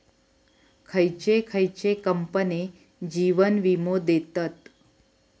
खयचे खयचे कंपने जीवन वीमो देतत